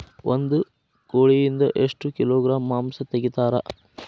ಒಂದು ಕೋಳಿಯಿಂದ ಎಷ್ಟು ಕಿಲೋಗ್ರಾಂ ಮಾಂಸ ತೆಗಿತಾರ?